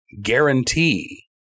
guarantee